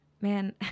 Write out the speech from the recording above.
man